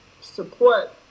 support